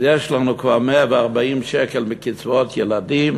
אז יש לנו כבר 140 שקלים מקצבאות ילדים